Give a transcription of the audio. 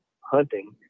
hunting